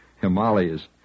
Himalayas